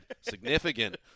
significant